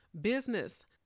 Business